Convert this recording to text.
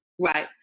Right